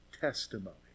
testimony